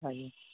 हँ जी